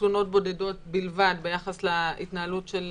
תלונות בודדות בלבד ביחס להתנהלות של